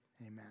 Amen